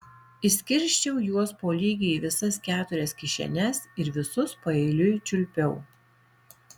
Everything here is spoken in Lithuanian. išskirsčiau juos po lygiai į visas keturias kišenes ir visus paeiliui čiulpiau